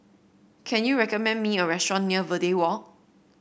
can you recommend me a restaurant near Verde Walk